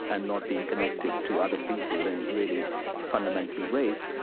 and not being connected to other people in really fundamental ways.